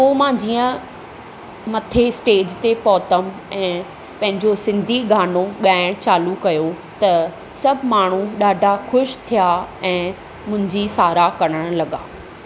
पोइ मां जीअं मथे स्टेज़ ते पहुतमि ऐं पंहिंजो सिंधी गानो ॻाइण चालू कयो त सभु माण्हू ॾाढा ख़शि थिया ऐं मुंहिंजी साराह करण लॻा